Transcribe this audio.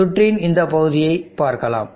சுற்றின் இந்த பகுதியை பார்க்கலாம்